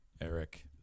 Eric